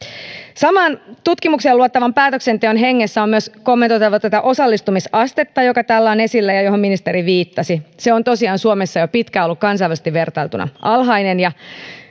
saman tutkimukseen luottavan päätöksenteon hengessä on myös kommentoitava tätä osallistumisastetta joka täällä on esillä ja johon ministeri viittasi se on tosiaan suomessa jo pitkään ollut kansainvälisesti vertailtuna alhainen ja